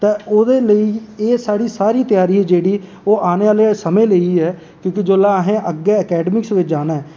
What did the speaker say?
ते ओह्दे लेई एह् सारी त्यारी जेह्ड़ी ओह् आने आह्ले समें लेई ऐ क्योंकि जेल्लै असें अग्गै अकैड़मिक बिच जाना ऐ